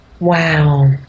Wow